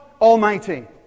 Almighty